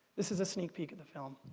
this is a sneak peek at the film.